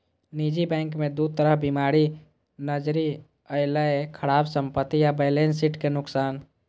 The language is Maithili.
निजी बैंक मे दू तरह बीमारी नजरि अयलै, खराब संपत्ति आ बैलेंस शीट के नुकसान